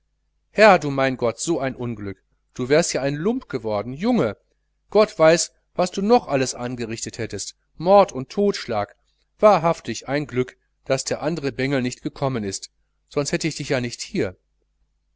herr du mein gott so ein unglück du wärst ja ein lump geworden junge gott weiß was du noch alles angerichtet hättest mord und todschlag wahrhaftig ein glück daß der andere bengel nicht gekommen ist sonst hätt ich dich nicht hier